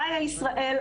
חיה ישראל,